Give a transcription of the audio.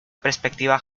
perspectiva